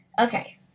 Okay